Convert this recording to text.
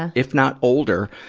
ah if not older.